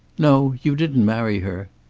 no. you didn't marry her.